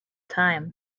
time